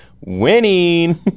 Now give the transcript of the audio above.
Winning